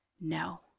no